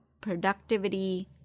productivity